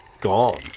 gone